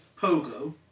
pogo